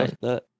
Right